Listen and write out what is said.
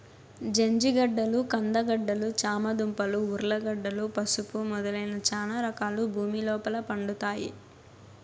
జంజిగడ్డలు, కంద గడ్డలు, చామ దుంపలు, ఉర్లగడ్డలు, పసుపు మొదలైన చానా రకాలు భూమి లోపల పండుతాయి